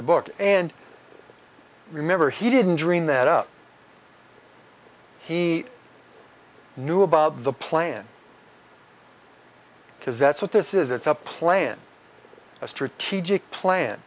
the book and remember he didn't dream that up he knew about the plan because that's what this is it's a plan a strategic plan